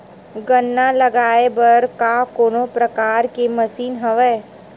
गन्ना लगाये बर का कोनो प्रकार के मशीन हवय?